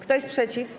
Kto jest przeciw?